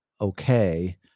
Okay